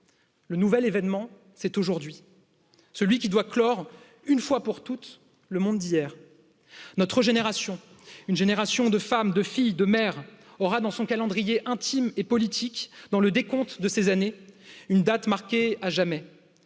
Le nouvel événement, c'est aujourd'hui celui qui doit clore une fois pour toutes le monde d'hier notre génération, une génération de femmes, de mères aura dans son calendrier intime et politique dans le décompte de ces années une date marquée à jamais